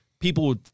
People